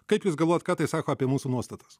kaip jūs galvojat ką tai sako apie mūsų nuostatas